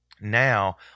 now